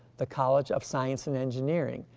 the college of science and engineering,